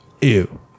Ew